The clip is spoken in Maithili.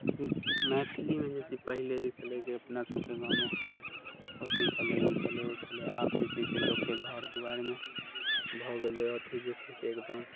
मैथिलीमे जे छै से पहिले छलै जे अपनासभके गाममे अथी छलै ई छलै ओ छलै आब जे छै से लोकके घर दुआरिमे भऽ गेलै अथी जे छै से एकदम